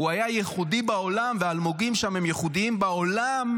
הם הייחודיים בעולם,